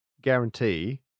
guarantee